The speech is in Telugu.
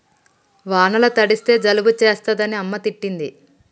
వానల తడిస్తే జలుబు చేస్తదని అమ్మ తిట్టింది